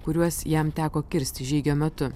kuriuos jam teko kirst žygio metu